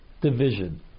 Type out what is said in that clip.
division